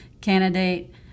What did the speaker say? candidate